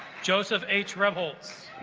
joseph h rebels